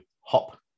hop